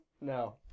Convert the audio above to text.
No